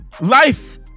life